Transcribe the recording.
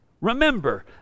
Remember